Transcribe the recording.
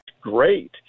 Great